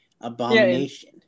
abomination